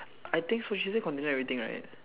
I think so she say continue everything right